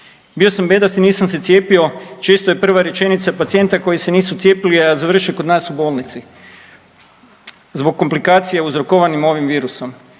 Bio sam bedast i nisam se cijepio često je prva rečenica pacijenta koji se nisu cijepili, a završe kod nas u bolnici zbog komplikacija uzrokovanim ovim virusom.